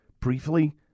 briefly